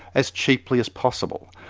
as cheaply as possible.